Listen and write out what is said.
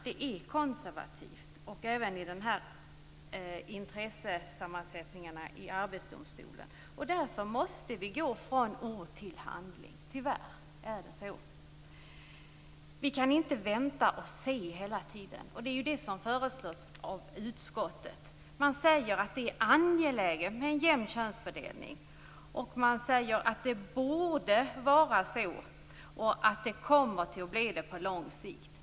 Det är konservativt även i intressesammansättningarna i Arbetsdomstolen. Därför måste vi gå från ord till handling. Tyvärr är det så. Vi kan inte vänta och se hela tiden. Det är ju det som föreslås av utskottet. Man säger att det är angeläget med en jämn könsfördelning. Man säger att det borde vara så, och att det kommer att bli det på lång sikt.